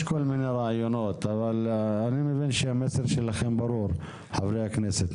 יש כל מיני רעיונות אבל אני מבין שהמסר של חברי הכנסת ברור.